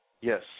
Yes